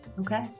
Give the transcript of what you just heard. Okay